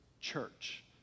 church